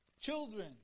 Children